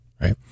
right